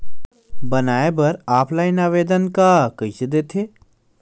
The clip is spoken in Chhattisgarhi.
बनाये बर ऑफलाइन आवेदन का कइसे दे थे?